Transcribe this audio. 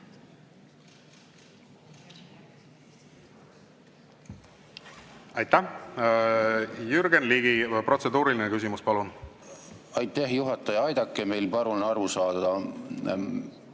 Aitäh! Jürgen Ligi, protseduuriline küsimus, palun! Aitäh! Juhataja, aidake meil palun aru saada,